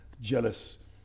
jealous